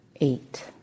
eight